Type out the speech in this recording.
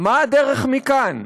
מה הדרך מכאן?